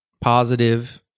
positive